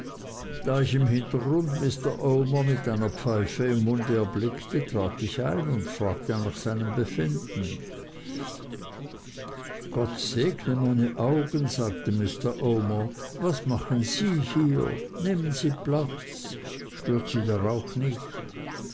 da ich im hintergrund mr omer mit einer pfeife im mund erblickte trat ich ein und fragte nach seinem befinden gott segne meine augen sagte mr omer was machen sie hier nehmen sie platz stört sie der rauch nicht